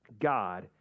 God